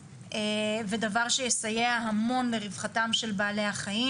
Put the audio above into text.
ודבר שיסייע המון לרווחתם של בעלי החיים.